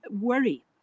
worry